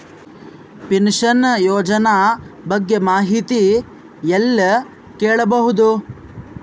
Pension ಯೋಜನ ಬಗ್ಗೆ ಮಾಹಿತಿ ಎಲ್ಲ ಕೇಳಬಹುದು?